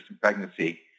pregnancy